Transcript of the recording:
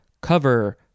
cover